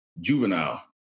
Juvenile